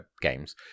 games